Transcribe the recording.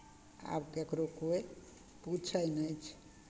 आब ककरो कोइ पूछै नहि छै